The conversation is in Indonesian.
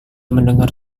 mendengar